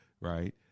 right